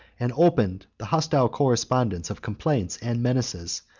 and opened the hostile correspondence of complaints and menaces,